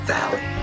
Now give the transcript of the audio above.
Valley